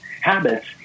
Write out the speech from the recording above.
habits